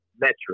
metric